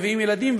מביאים ילדים,